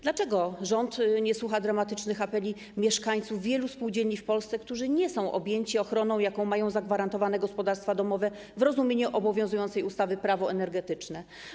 Dlaczego rząd nie słucha dramatycznych apeli mieszkańców wielu spółdzielni w Polsce, którzy nie są objęci ochroną, jaką mają zagwarantowaną gospodarstwa domowe w rozumieniu obowiązującej ustawy - Prawo energetyczne?